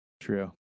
True